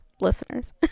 Listeners